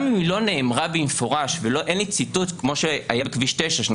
גם אם לא נאמרה במפורש ואין לי ציטוט כמו שהיה בכביש 9 שאני